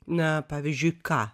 na pavyzdžiui ką